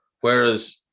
Whereas